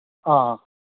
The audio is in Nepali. अँ